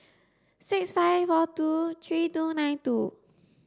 six five four two three two nine two